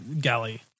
galley